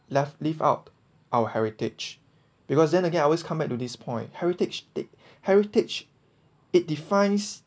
left leave out our heritage because then again I always come back to this point heritage d~ heritage it defines